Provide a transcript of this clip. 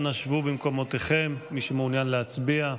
אנא שבו במקומותיכם, מי שמעוניין להצביע.